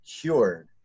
cured